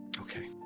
Okay